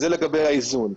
זה לגבי האיזון.